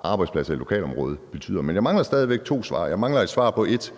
arbejdspladser i lokalområdet betyder. Men jeg mangler stadig væk svar på: Mener ministeren, at